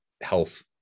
health